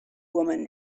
woman